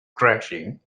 crashing